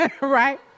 right